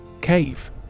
Cave